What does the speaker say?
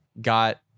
got